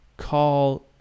Call